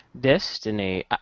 Destiny